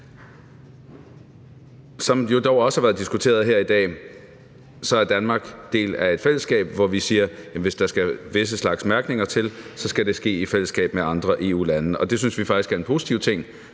det jo dog også har været diskuteret her i dag, er Danmark en del af et fællesskab, hvor vi siger, at hvis der skal en vis slags mærkninger til, så skal det ske i fællesskab med andre EU-lande. Det synes vi faktisk er en positiv ting,